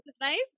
nice